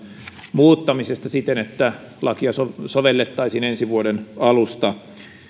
muuttamisesta siten että lakia sovellettaisiin ensi vuoden alusta